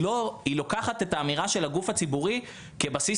היא לוקחת את האמירה של הגוף הציבורי כבסיס